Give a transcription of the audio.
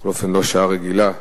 בכל אופן לא שעה רגילה לדון.